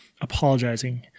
apologizing